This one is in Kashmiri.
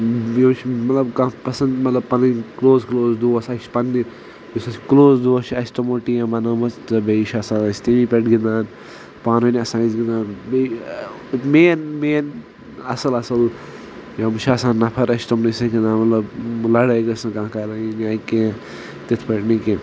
یہِ چھُ مطلب کانٛہہ پسنٛد مطلب پنٕنۍ کلوز کلوز دوس یُس اسہِ کلوز دوس چھِ اسہِ چھُ تِمو ٹیٖم بنٲومژ تہ بییہ چھ آسان أسۍ تمی پیٚٹھ گنٛدان پانوٕنۍ آسان أسۍ گنٛدان بییہ مین مین اصل اصل یم چھِ آسان نَفر اسہِ چھِ تمنے سۭتۍ گنٛدان مطلب لڑٲے گٕژھ نہِ کانہہ کَرٕنۍ یا کینہہ تِتھ پٲٹھۍ نہٕ کینہہ